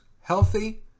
healthy